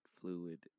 fluid